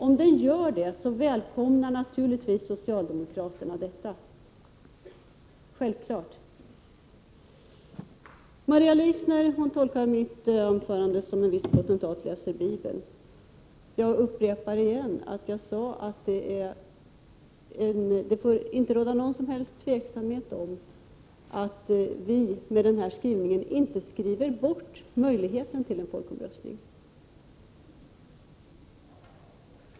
Om den gör det välkomnar socialdemokraterna naturligtvis detta. Maria Leissner tolkar mitt anförande som när en viss potentat läser bibeln. Jag upprepar att jag sade att ingen som helst tveksamhet får råda om att vi med denna skrivning inte skriver bort möjligheten till en folkomröstning.